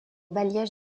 bailliage